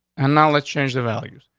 and now let's change the values.